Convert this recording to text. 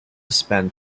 spent